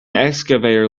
excavator